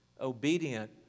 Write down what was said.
obedient